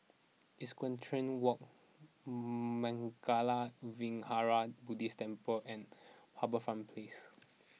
Equestrian Walk Mangala Vihara Buddhist Temple and HarbourFront Place